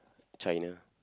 China